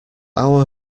our